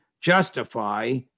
justify